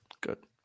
good